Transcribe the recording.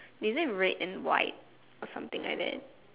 is it red and white or something like that